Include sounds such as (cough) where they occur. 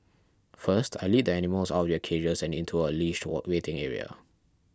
first I lead the animals out of their cages and into a leashed (unintelligible) waiting area